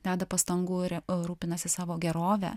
deda pastangų ir rūpinasi savo gerove